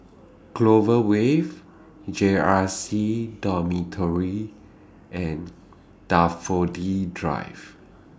Clover Way J R C Dormitory and Daffodil Drive